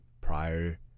prior